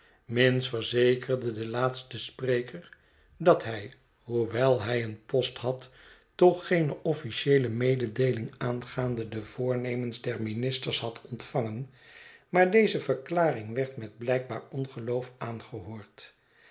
minns verzekerde den laatsten spreker dat hij hoewel hij een post had toch geene officieele mededeeling aangaande de voornemens der ministers had ontvangen maar deze verklaring werd metblijkbaar ongeloof aangehoord